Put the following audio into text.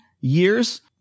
years